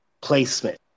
placement